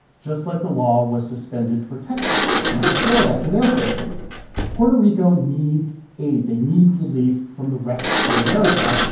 just like the law was suspended for texas and for florida after their hurricanes puerto rico needs aid. they need relief from the rest of america.